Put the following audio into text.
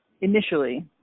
initially